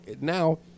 now